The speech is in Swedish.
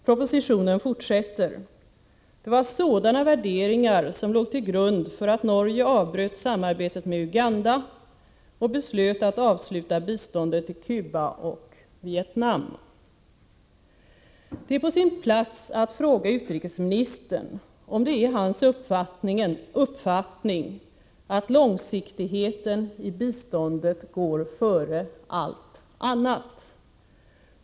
Propositionen fortsätter: Det var sådana värderingar som låg till grund för att Norge avbröt samarbetet med Uganda och beslöt att avsluta biståndet till Kuba och Vietnam. Det är på sin plats att fråga utrikesministern om det är hans uppfattning att långsiktigheten i biståndet går före allt annat.